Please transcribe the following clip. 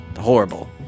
horrible